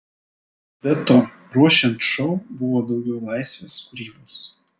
be to ruošiant šou buvo daugiau laisvės kūrybos